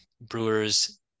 Brewers